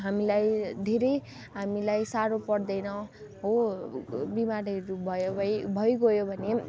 हामीलाई धेरै हामीलाई साह्रो पर्दैन हो बिमारीहरू भयो भई भइगयो भने